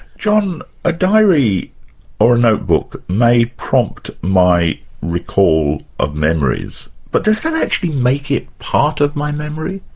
john, a diary or a notebook may prompt my recall of memories, but does that actually make it part of my memory?